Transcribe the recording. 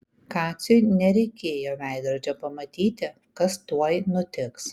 kacui nereikėjo veidrodžio pamatyti kas tuoj nutiks